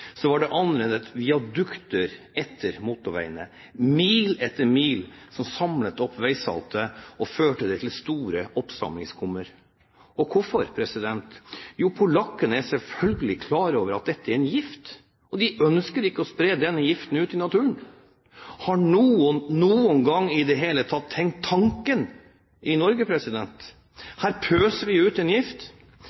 så vi at det var anrettet viadukter etter motorveiene – mil etter mil – som samlet opp veisaltet og førte det til store oppsamlingskummer. Og hvorfor? Jo, polakkene er selvfølgelig klar over at dette er en gift, og de ønsker ikke å spre denne giften ut i naturen. Har noen, noen gang, i det hele tatt tenkt tanken i Norge?